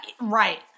Right